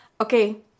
Okay